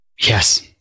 Yes